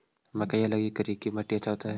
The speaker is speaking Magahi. मकईया लगी करिकी मिट्टियां अच्छा होतई